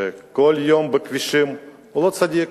שכל יום נמצא בכבישים, הוא לא צדיק.